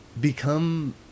become